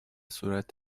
صورت